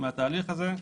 מהתהליך הזה.